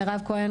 מירב כהן,